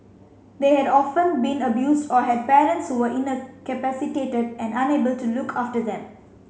they had often been abused or had parents who were incapacitated and unable to look after them